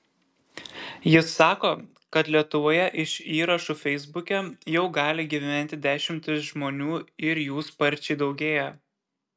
jis sako kad lietuvoje iš įrašų feisbuke jau gali gyventi dešimtys žmonių ir jų sparčiai daugėja